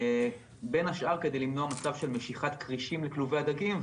בין השאר כדי למנוע מצב של משיכת כרישים לכלובי הדגים,